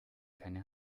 keine